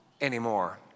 anymore